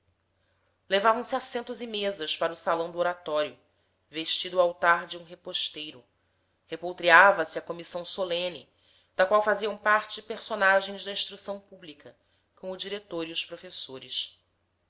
levavam se assentos e mesas para o salão do oratório o altar de um reposteiro e repotreava se a comissão solene da qual faziam parte personagens da instrução pública com o diretor e os professores